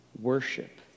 worship